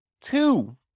two